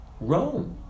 Rome